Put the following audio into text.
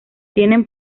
tienen